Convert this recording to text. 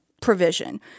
provision